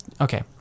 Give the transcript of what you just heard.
Okay